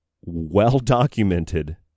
well-documented